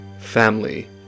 Family